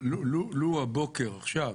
לו הבוקר, עכשיו,